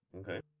Okay